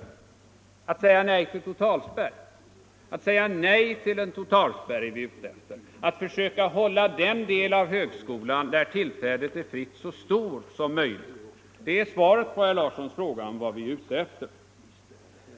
Jo, att säga nej till en totalspärr — det är vi ute efter. Att försöka hålla den del av högskolan där tillträdet är fritt så stor som möjligt, det är svaret på herr Larssons fråga om vad vi är ute efter.